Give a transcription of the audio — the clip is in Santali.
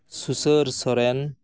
ᱥᱩᱥᱟᱹᱨ ᱥᱚᱨᱮᱱ